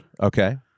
okay